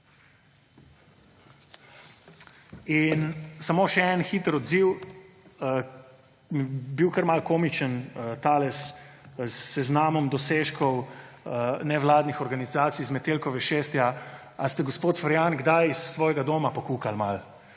Samo že en hiter odziv, bil kar malo komičen ta s seznamom dosežkov nevladnih organizacij z Metelkove 6. Ali ste gospod Ferjan kdaj iz svojega doma pokukali malo?